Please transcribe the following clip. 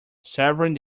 savouring